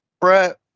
brett